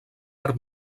per